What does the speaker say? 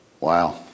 Wow